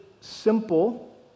simple